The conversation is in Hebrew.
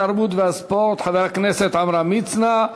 התרבות והספורט, חבר הכנסת עמרם מצנע.